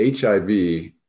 HIV-